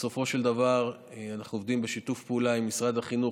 בסופו של דבר אנחנו עובדים בשיתוף פעולה עם משרד החינוך,